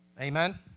Amen